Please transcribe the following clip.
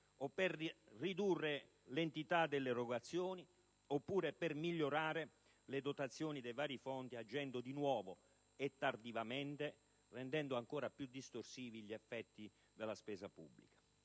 - per ridurre l'entità delle erogazioni oppure per migliorare le dotazioni dei vari fondi, agendo di nuovo e tardivamente e rendendo ancor più distorsivi gli effetti della spesa pubblica.